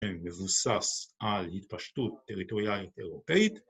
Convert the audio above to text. ‫מבוסס על התפשטות ‫טריטוריאלית אירופאית.